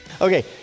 Okay